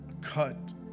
cut